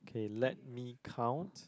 K let me count